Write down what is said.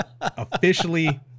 officially